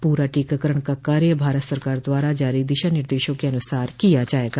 पूरा टीकाकरण का कार्य भारत सरकार द्वारा जारी दिशा निर्देशों के अनसार किया जायेगा